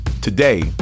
Today